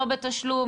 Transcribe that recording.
לא בתשלום,